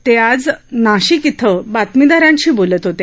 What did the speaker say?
ते आज नाशिक इथं बातमीदारांशी बोलत होते